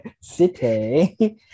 City